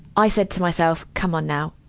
i said to myself, come on now.